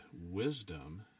Wisdom